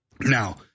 Now